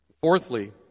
Fourthly